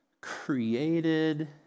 created